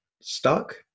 stuck